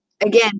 again